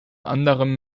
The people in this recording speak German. anderem